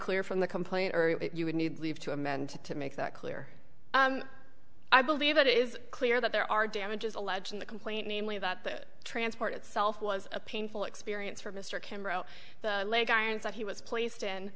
clear from the complaint you would need leave to amend to make that clear i believe it is clear that there are damages alleged in the complaint namely that the transport itself was a painful experience for mr kim row the leg irons that he was placed in